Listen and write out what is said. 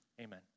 Amen